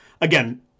again